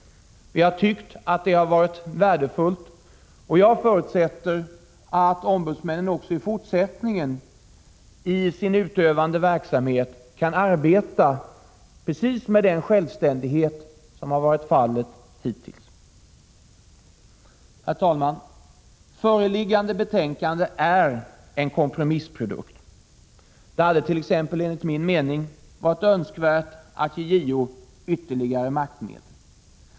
Vi har tyckt att det har varit värdefullt. Jag förutsätter att ombudsmännen också i for:sättningen i sin utövande verksamhet kan arbeta precis med den självständighet som har varit fallet hittills. Herr talman! Föreliggande betänkande är en kompromissprodukt. Det hade, enligt min mening, varit önskvärt att ge JO ytterligare maktmedel.